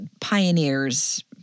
pioneers